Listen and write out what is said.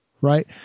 right